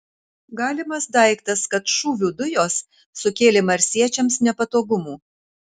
galimas daiktas kad šūvių dujos sukėlė marsiečiams nepatogumų